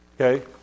Okay